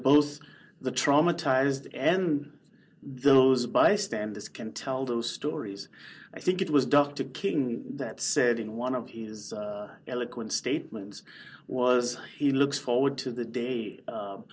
both the traumatized end those bystanders can tell those stories i think it was dr king that said in one of his eloquent statement was he looks forward to the day